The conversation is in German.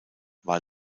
war